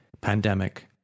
pandemic